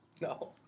No